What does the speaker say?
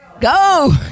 go